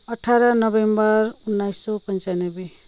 अठार नोभेम्बर उन्नाइस सौ पन्चानब्बे